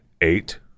eight